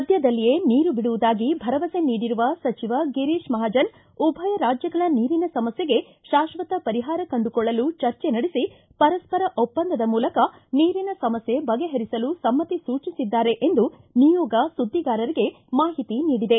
ಸದ್ದದಲ್ಲಿಯೇ ನೀರು ಬಿಡುವುದಾಗಿ ಭರಮಸೆ ನೀಡಿರುವ ಸಚಿವ ಗಿರೀಶ ಮಹಾಜನ ಉಭಯ ರಾಜ್ಯಗಳ ನೀರಿನ ಸಮಸ್ಟೆಗೆ ಶಾಶ್ವತ ಪರಿಹಾರ ಕಂಡುಕೊಳ್ಳಲು ಚರ್ಚೆ ನಡೆಸಿ ಪರಸ್ಪರ ಒಪ್ಪಂದದ ಮೂಲಕ ನೀರಿನ ಸಮಸ್ಥೆ ಬಗೆಹರಿಸಲು ಸಮ್ಮತಿ ಸೂಚಿಸಿದ್ದಾರೆ ಎಂದು ನಿಯೋಗ ಸುದ್ದಿಗಾರರಿಗೆ ಮಾಹಿತಿ ನೀಡಿದೆ